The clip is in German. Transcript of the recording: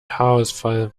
haarausfall